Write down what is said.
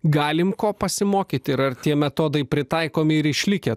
galim ko pasimokyti ir ar tie metodai pritaikomi ir išlikę